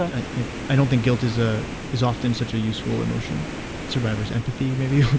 i i don't think guilt is ah is often such a useful emotion survivor's empathy, maybe would